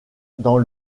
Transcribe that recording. dans